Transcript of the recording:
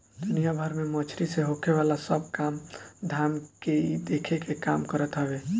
दुनिया भर में मछरी से होखेवाला सब काम धाम के इ देखे के काम करत हवे